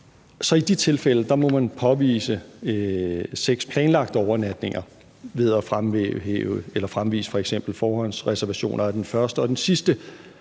Så i de tilfælde må man påvise seks planlagte overnatninger ved at fremvise f.eks. forhåndsreservationer af den første og den sidste